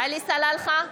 עלי סלאלחה,